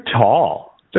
tall